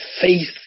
faith